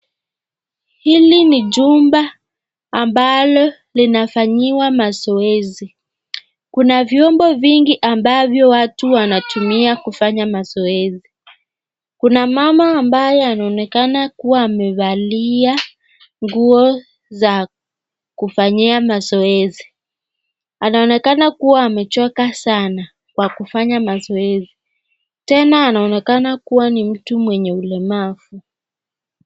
Hili ni jumba ambalo linafanyiwa mazoezi, kuna vyombo vingi ambavyo watu wanatumia kufanya mazoezi, kuna mama ambaye anaonekana kuwa amevalia nguo za kufanyia mazoezi, anaonekana kuwa amechoka sana kwa kufanya mazoezi, tena anaonekana kuwa ni mtu mwenye ulemavu.